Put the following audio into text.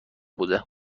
بوده